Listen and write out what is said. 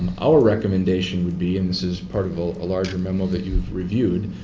our recommendation would be, and this is part of a larger memo that you've reviewed,